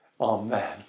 Amen